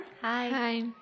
Hi